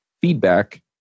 feedback